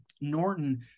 Norton